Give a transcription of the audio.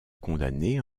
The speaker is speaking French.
condamné